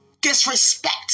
disrespect